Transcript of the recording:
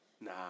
Nah